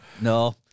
no